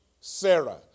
Sarah